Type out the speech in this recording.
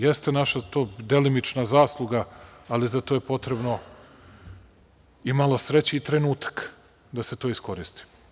Jeste to delimično naša zasluga, ali za to je potrebno i malo sreće i trenutak da se to iskoristi.